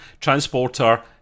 transporter